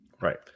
Right